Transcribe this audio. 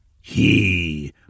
He